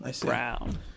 brown